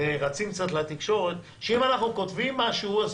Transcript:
ורצים קצת לתקשורת שאם אנחנו כותבים משהו, אז